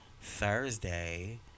Thursday